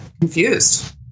confused